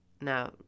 Now